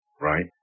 Right